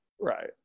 right